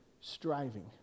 striving